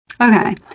Okay